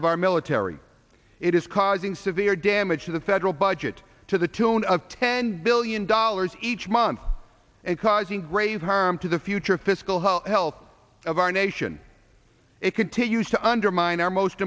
of our military it is causing severe damage to the federal budget to the tune of ten billion dollars each month and causing grave harm to the future fiscal health of our nation it continues to undermine our most